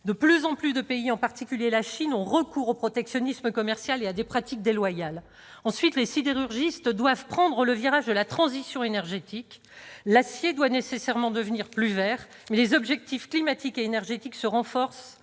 De plus en plus de pays, en particulier la Chine, ont recours au protectionnisme commercial et à des pratiques déloyales. Ensuite, les sidérurgistes doivent prendre le virage de la transition énergétique. L'acier doit nécessairement devenir plus vert, mais les objectifs climatiques et énergétiques se renforcent